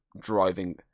driving